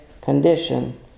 condition